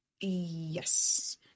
yes